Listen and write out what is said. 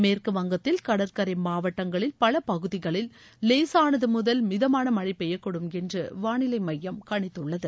மேற்கு வங்கத்தில் கடற்கரை மாவட்டங்களில் பல பகுதிகளில் லேசானது முதல் மிதமாள மழை பெய்யக்கூடும் என்று வானிலை மையம் கணித்துள்ளது